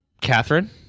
Catherine